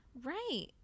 Right